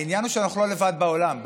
העניין הוא שאנחנו לא לבד בעולם.